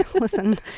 listen